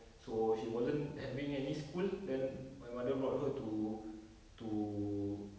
so she wasn't having any school then my mother brought her to to